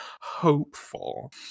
hopeful